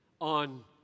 on